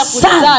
son